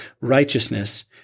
righteousness